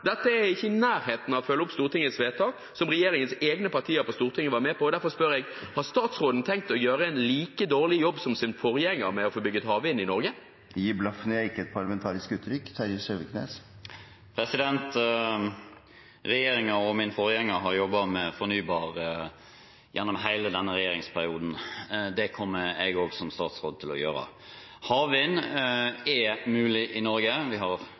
Dette er ikke i nærheten av å følge opp Stortingets vedtak, som regjeringens egne partier på Stortinget var med på, og derfor spør jeg: Har statsråden tenkt å gjøre en like dårlig jobb som sin forgjenger med å få bygget for havvind i Norge? «Gi blaffen i» er ikke et parlamentarisk uttrykk. Regjeringen og min forgjenger har jobbet med det fornybare gjennom hele denne regjeringsperioden, og det kommer jeg også som statsråd til å gjøre. Havvind er mulig i Norge. Vi har